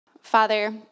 Father